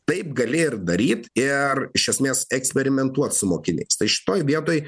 taip gali ir daryti ir iš esmės eksperimentuoti su mokiniais šitoj vietoj